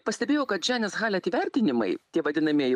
pastebėjau kad dženis halet įvertinimai tie vadinamieji